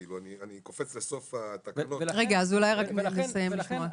ואני קופץ לסוף התקנות --- אז אולי רק נסיים לשמוע.